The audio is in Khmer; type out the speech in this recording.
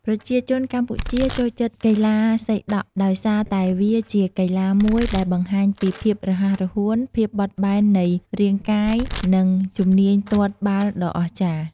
ប្រជាជនកម្ពុជាចូលចិត្តកីឡាសីដក់ដោយសារតែវាជាកីឡាមួយដែលបង្ហាញពី ភាពរហ័សរហួន ភាពបត់បែននៃរាងកាយ និង ជំនាញទាត់បាល់ដ៏អស្ចារ្យ។